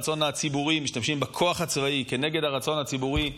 משתמשים בכוח הצבאי כנגד הרצון הציבורי.